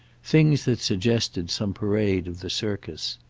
things that suggested some parade of the circus.